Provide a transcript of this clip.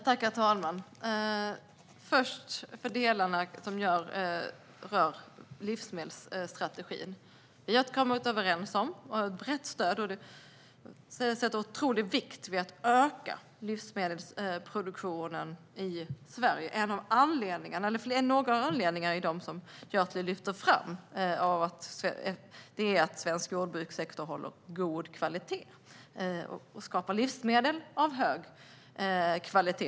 Herr talman! Delarna som rör livsmedelsstrategin har vi kommit överens om. Vi har brett stöd för och lägger otrolig vikt vid att öka livsmedelsproduktionen i Sverige. En anledning är den som Gjörtler lyfter fram: att svensk jordbrukssektor ska hålla god kvalitet och skapa livsmedel av hög kvalitet.